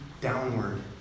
downward